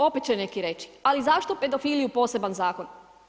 Opet će netko reći, ali zašto pedofiliju poseban zakon.